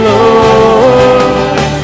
Lord